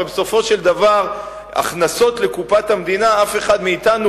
הרי בסופו של דבר הכנסות לקופת המדינה אף אחד מאתנו,